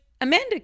Amanda